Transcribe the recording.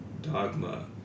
dogma